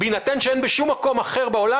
בהינתן שאין בשום מקום אחר בעולם,